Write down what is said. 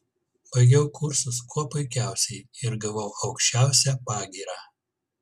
baigiau kursus kuo puikiausiai ir gavau aukščiausią pagyrą